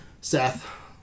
Seth